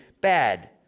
bad